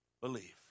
believe